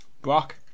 Brock